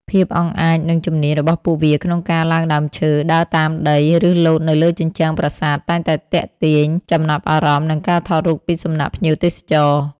ភាពអង់អាច និងជំនាញរបស់ពួកវាក្នុងការឡើងដើមឈើ ដើរតាមដី ឬលោតនៅលើជញ្ជាំងប្រាសាទ តែងទាក់ទាញចំណាប់អារម្មណ៍ និងការថតរូបពីសំណាក់ភ្ញៀវទេសចរ។